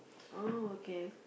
oh okay